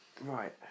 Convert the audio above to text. Right